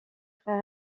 frères